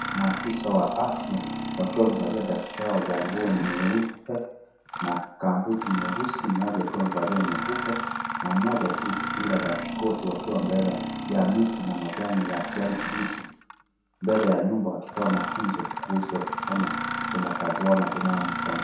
Maafisa wa afya wakiwa wamevalia dustcoat zao za nguo nyeupe na gambuti nyeusi, moja akiwa amevalia nyeusi na mmoja tu bila dustcoat wakiwa mbele ya mti na majani ya kijani kibichi mbele ya nyumba wakipewa mafunzo kuhusu kufanya utendakazi wao na kunawa mikono.